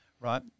right